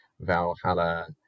Valhalla